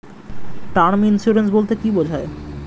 Term insurance বলতে কী বোঝায়?